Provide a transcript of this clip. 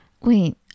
Wait